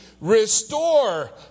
Restore